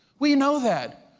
we know that,